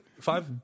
Five